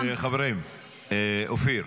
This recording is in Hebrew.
חברים, אופיר.